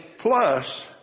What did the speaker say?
plus